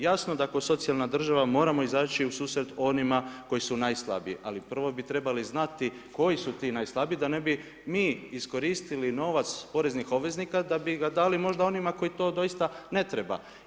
Jasno da kao socijalna država moramo izaći u susret onima koji su najslabiji, ali prvo bi trebali znati koji su ti najslabiji da ne bi mi iskoristili novac poreznih obveznika da bi ga dali možda onima koji to doista ne treba.